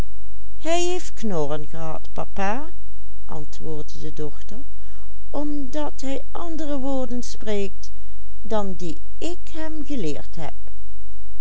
spreekt dan die ik hem